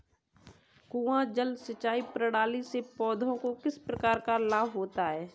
कुआँ जल सिंचाई प्रणाली से पौधों को किस प्रकार लाभ होता है?